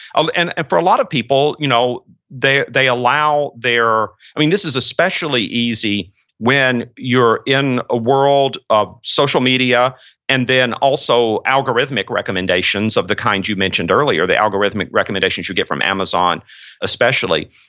and and for a lot of people, you know they they allow their, i mean this is especially easy when you're in a world of social media and then also algorithmic recommendations of the kinds you mentioned earlier, the algorithmic recommendations you get from amazon especially,